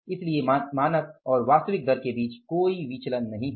इसलिए मानक और वास्तविक के बीच कोई विचलन नहीं है